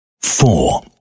four